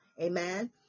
amen